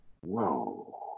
whoa